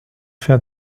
fait